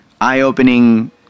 eye-opening